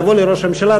תבוא לראש הממשלה,